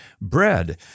bread